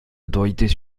autorités